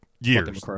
years